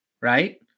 right